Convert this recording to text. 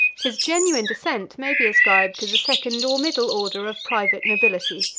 his genuine descent may be ascribed to the second or middle order of private nobility.